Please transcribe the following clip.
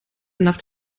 nacht